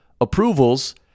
approvals